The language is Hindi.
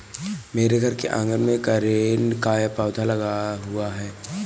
मेरे घर के आँगन में कनेर का पौधा लगा हुआ है